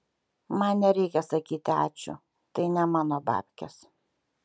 man nereikia sakyti ačiū tai ne mano babkės